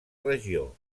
regió